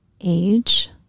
age